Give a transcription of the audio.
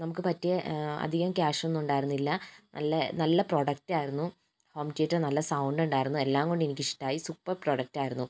നമുക്ക് പറ്റിയ അധികം ക്യാഷ് ഒന്നും ഉണ്ടായിരുന്നില്ല നല്ല നല്ല പ്രൊഡക്ട് ആയിരുന്നു ഹോം തിയേറ്റർ നല്ല സൗണ്ട് ഉണ്ടായിരുന്നു എല്ലാം കൊണ്ടും എനിക്കിഷ്ടായി സുപ്പർ പ്രൊഡക്ട് ആയിരുന്നു